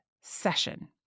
session